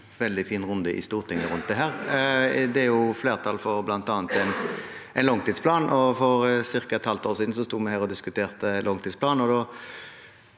og en veldig fin runde i Stortinget rundt dette. Det er jo flertall for bl.a. en langtidsplan, og for ca. et halvt år siden sto vi her og diskuterte langtidsplanen.